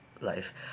Life